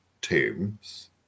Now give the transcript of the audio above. tombs